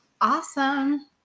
Awesome